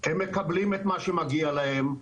הם מקבלים את מה שמגיע להם,